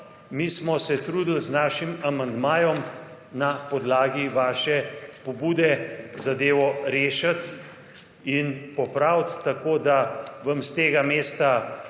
mi smo se trudili z našim amandmajem na podlagi vaše pobude zadevo rešiti in popraviti, tako da vam iz tega mesta